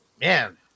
man